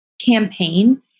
campaign